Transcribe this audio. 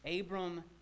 Abram